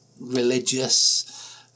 religious